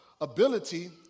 ability